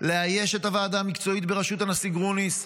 לאייש את הוועדה המקצועית בראשות הנשיא גרוניס,